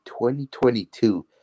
2022